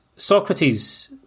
Socrates